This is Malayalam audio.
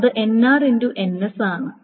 അത് ആണ്